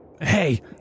Hey